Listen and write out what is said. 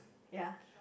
ya